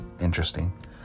interesting